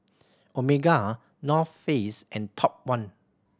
Omega North Face and Top One